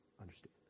understand